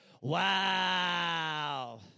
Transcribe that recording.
wow